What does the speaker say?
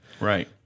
Right